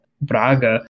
Braga